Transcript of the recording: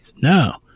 No